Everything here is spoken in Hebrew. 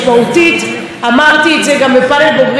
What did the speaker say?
אמרתי את זה גם בפאנל בוגרים שהייתי בו,